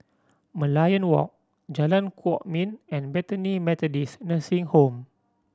Merlion Walk Jalan Kwok Min and Bethany Methodist Nursing Home